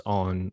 on